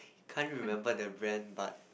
can't remember the brand but